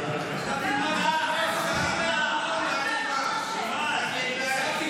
כנראה לא מבין מה אני אומר.